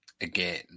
again